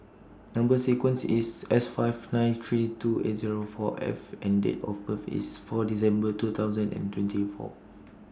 Number sequence IS S five nine three two eight Zero four F and Date of birth IS four December two thousand and twenty four